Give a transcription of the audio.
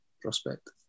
prospect